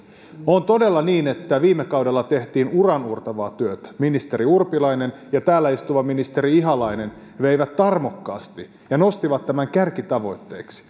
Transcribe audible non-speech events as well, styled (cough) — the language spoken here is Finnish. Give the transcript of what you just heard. on todella niin että viime kaudella tehtiin uraauurtavaa työtä ministeri urpilainen ja täällä istuva ministeri ihalainen veivät tarmokkaasti ja nostivat kärkitavoitteeksi (unintelligible)